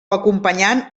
acompanyant